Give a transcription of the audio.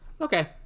Okay